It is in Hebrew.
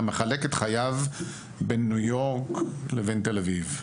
המחלק את חייו בניו-יורק לבין תל אביב.